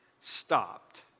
stopped